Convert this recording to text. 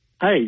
hey